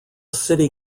city